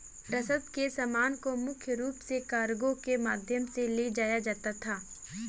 रसद के सामान को मुख्य रूप से कार्गो के माध्यम से ले जाया जाता था